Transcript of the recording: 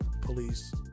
police